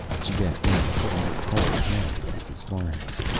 she bent down, putting her cold hand against his forehead.